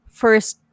first